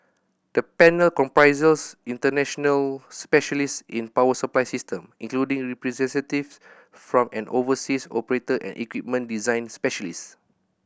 the panel comprises international specialist in power supply system including representative from an overseas operator and equipment design specialists